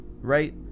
right